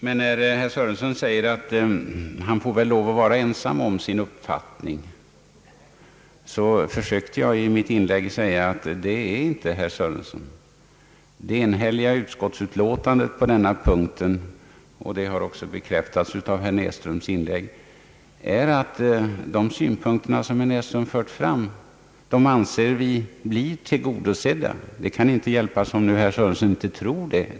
Herr Sörenson sade att han väl fick finna sig i att vara ensam om sin uppfattning. Jag försökte då i mitt inlägg förklara, att herr Sörenson inte är ensam. I det enhälliga utskottsutlåtandet på denna punkt — det har även bekräftats i herr Näsströms inlägg — blir de synpunkter som herr Sörenson har fört fram tillgodosedda. Det kan inte hjälpas, men det förhåller sig faktiskt så, även om herr Sörenson inte tror det.